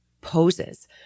poses